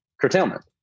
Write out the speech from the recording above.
curtailment